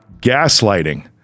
Gaslighting